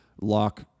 lock